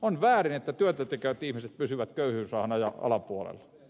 on väärin että työtätekevät ihmiset pysyvät köyhyysrajan alapuolella